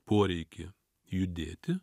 poreikį judėti